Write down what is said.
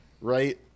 right